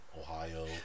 Ohio